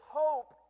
hope